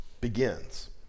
begins